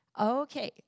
Okay